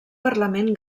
parlament